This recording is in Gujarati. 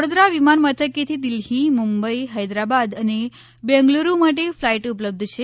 વડોદરા વિમાન મથકેથી દિલ્હી મુંબઈ હૈદરાબાદ અને બેંગલુરૂ માટે ફ્લાઈટ ઉપલબ્ધ છે